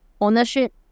ownership